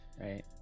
right